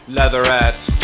leatherette